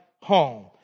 home